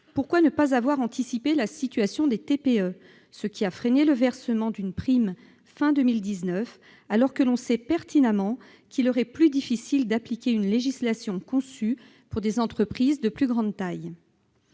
pourquoi ne pas avoir anticipé la situation des TPE, ce qui a freiné le versement d'une prime fin 2019, alors que l'on sait pertinemment qu'il leur est plus difficile d'appliquer une législation conçue pour des entreprises de plus grande taille ?